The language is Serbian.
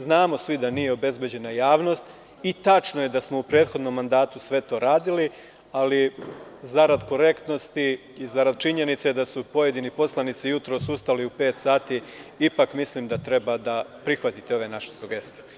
Znamo svi da nije obezbeđena javnost i tačno je da smo u prethodnom mandatu sve to radili, ali zarad korektnosti i zarad činjenice su pojedini poslanici jutros ustali u pet sati, ipak mislim da treba da prihvatite ove naše sugestije.